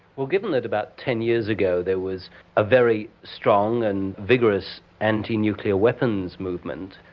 well, given that about ten years ago there was a very strong and vigorous anti-nuclear weapons movement,